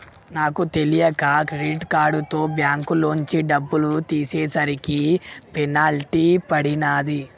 నాకు తెలియక క్రెడిట్ కార్డుతో బ్యేంకులోంచి డబ్బులు తీసేసరికి పెనాల్టీ పడినాది